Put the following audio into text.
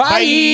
Bye